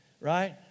right